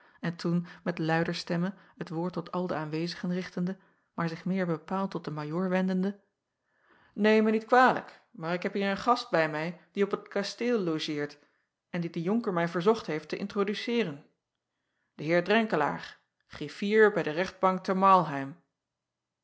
en toen met luider stemme het woord tot al de aanwezigen richtende maar zich meer bepaald tot den ajoor wendende neem mij niet kwalijk maar ik heb hier een gast bij mij die op het kasteel logeert en dien de onker mij verzocht heeft te introduceeren den eer renkelaer griffier bij de rechtbank te